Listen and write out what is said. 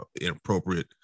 inappropriate